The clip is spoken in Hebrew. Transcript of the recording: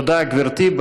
תודה, גברתי.